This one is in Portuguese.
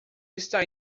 está